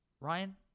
Ryan